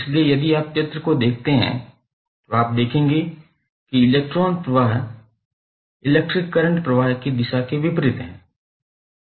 इसलिए यदि आप चित्र को देखते हैं तो आप देखेंगे कि इलेक्ट्रॉन प्रवाह इलेक्ट्रिक करंट प्रवाह की दिशा के विपरीत है